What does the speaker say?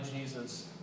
Jesus